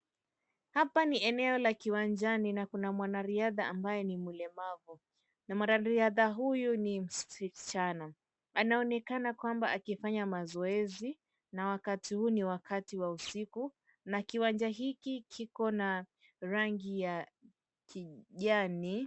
Hapa ni eneo la kiwanjani na kuna mwanariadha ambaye ni mlemavu na mwanariadha huyu ni msichana. Anaonekana kwamba akifanya mazoezi na wakati huu ni wakati wa usiku na kiwanja hiki kiko na rangi ya kijani.